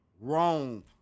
wrong